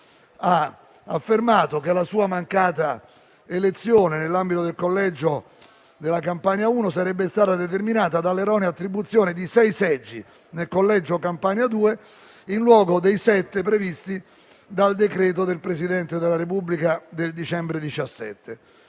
ha affermato che la sua mancata elezione, nell'ambito del collegio plurinominale Campania 1, sarebbe stata determinata dall'erronea attribuzione di sei seggi nel collegio Campania 2, in luogo dei sette previsti dal decreto del Presidente della Repubblica 28 dicembre 2017,